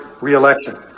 re-election